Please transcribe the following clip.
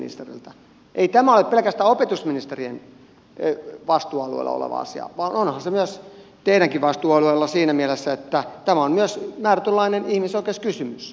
ei tämä ole pelkästään opetusministerin vastuualueella oleva asia vaan onhan se myös teidänkin vastuualueellanne siinä mielessä että tämä on myös määrätynlainen ihmisoikeuskysymys